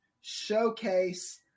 showcase